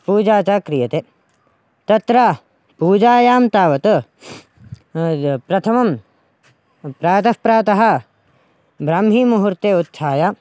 पूजां च क्रियते तत्र पूजायां तावत् प्रथमं प्रातः प्रातः ब्राह्मीमुहूर्ते उत्थाय